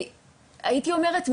אז הייתי אומרת,